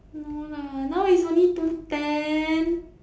no lah now is only two ten